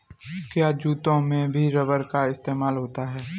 क्या जूतों में भी रबर का इस्तेमाल होता है?